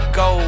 go